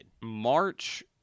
March